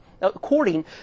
according